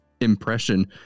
impression